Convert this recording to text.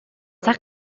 цаг